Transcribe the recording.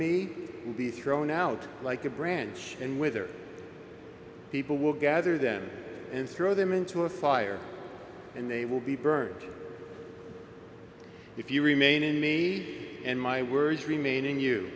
will be thrown out like a branch and whether people will gather them and throw them into a fire and they will be burnt if you remain in me and my words remaining you